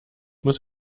muss